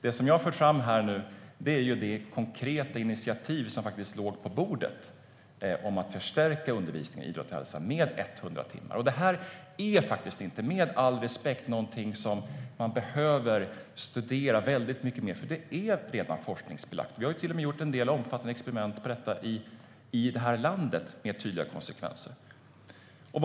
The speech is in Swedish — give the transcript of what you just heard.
Det jag har fört fram är det konkreta initiativ för att förstärka undervisningen i idrott och hälsa med 100 timmar som faktiskt låg på bordet. Med all respekt är detta inget man behöver studera så mycket mer, för det är redan forskningsbelagt; vi har till och med gjort en del omfattande experiment på det i det här landet - med tydliga resultat.